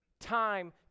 Time